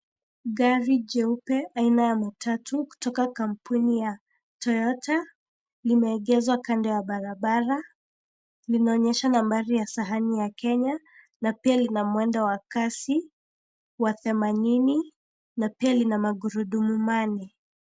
GGari jeupe aina ya matatu kutoka kampuni ya toyota, limeegezwa kando ya barabara, linaonyesha nambari ya sahani ya Kenya, na pia lina mwendo wa kasi wa themanini na pia lina magurudumu mane.